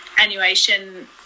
annuation